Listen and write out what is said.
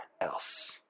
else